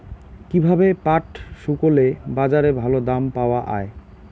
কীভাবে পাট শুকোলে বাজারে ভালো দাম পাওয়া য়ায়?